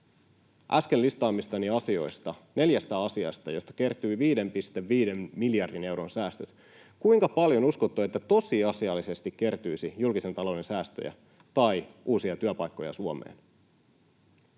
äsken listaamistani asioista, neljästä asiasta, joista kertyi 5,5 miljardin euron säästöt — kuinka paljon uskotte, että niistä tosiasiallisesti kertyisi julkisen talouden säästöjä tai uusia työpaikkoja Suomeen?